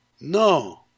No